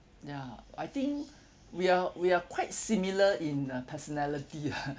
ya I think we are we are quite similar in uh personality ah